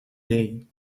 day